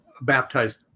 baptized